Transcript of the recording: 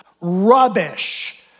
rubbish